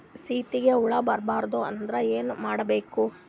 ಸೀತ್ನಿಗೆ ಹುಳ ಬರ್ಬಾರ್ದು ಅಂದ್ರ ಏನ್ ಮಾಡಬೇಕು?